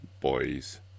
boys